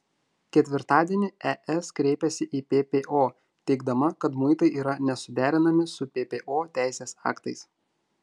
ketvirtadienį es kreipėsi į ppo teigdama kad muitai yra nesuderinami su ppo teisės aktais